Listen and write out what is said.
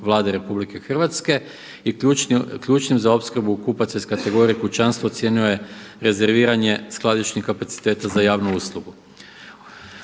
Hvala